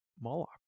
Moloch